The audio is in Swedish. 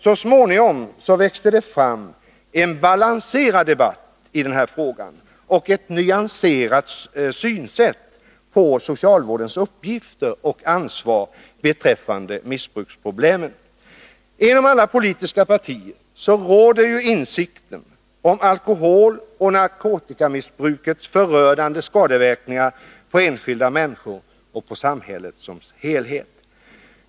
Så småningom växte det fram en balanserad debatt i den här frågan och ett nyanserat sätt att se på socialvårdens uppgifter och ansvar beträffande missbruksproblemen. Inom alla politiska partier råder insikten om alkoholoch narkotikamissbrukets förödande skadeverkningar på enskilda människor och samhället som helhet.